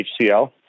HCL